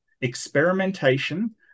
experimentation